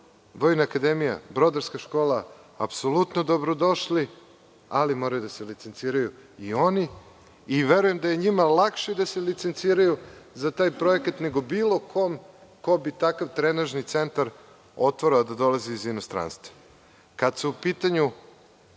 akademija i Brodarska škola su apsolutno dobrodošli, ali moraju da se licenciraju i oni. Verujem da je njima lakše da se licenciraju za taj projekat nego bio kome ko bi takav trenažni centar otvarao da dolazi iz inostranstva. Kada je u pitanju